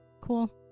Cool